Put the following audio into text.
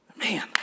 Man